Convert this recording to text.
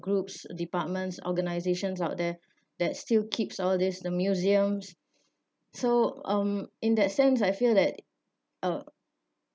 groups departments organisations out there that still keeps all this the museums so um in that sense I feel that uh